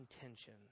intention